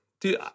Dude